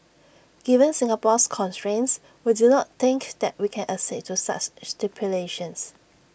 given Singapore's constraints we do not think that we can accede to such stipulations